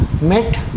met